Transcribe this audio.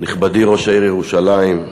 נכבדי ראש העיר ירושלים,